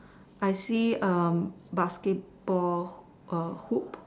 I see a basketball Hoo~ hoop